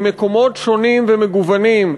ממקומות שונים ומגוונים,